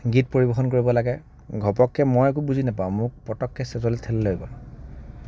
গীত পৰিৱেশন কৰিব লাগে ঘপককে মই একো বুজি নেপাওঁ মোক পতককে ষ্টেজলৈ থেলি লৈ গ'ল